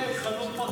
הוא לא היה דקה בצבא.